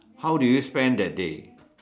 how do you spend that day